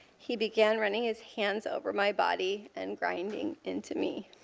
he began running his hands over my body and grinding into me.